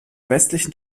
westlichen